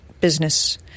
business